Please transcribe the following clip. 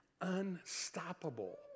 Unstoppable